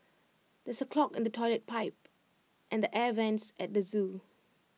there is A clog in the Toilet Pipe and the air Vents at the Zoo